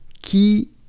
qui